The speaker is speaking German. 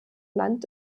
land